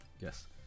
Yes